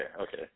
okay